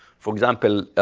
for example,